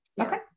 Okay